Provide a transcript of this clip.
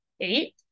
eight